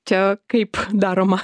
čia kaip daroma